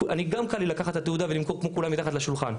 גם קל לי לקחת את התעודה ולמכור כמו כולם מתחת לשולחן.